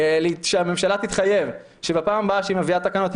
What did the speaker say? שהממשלה תתחייב שבפעם הבאה שהיא מביאה תקנות,